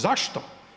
Zašto?